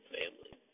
family